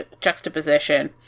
juxtaposition